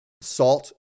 Salt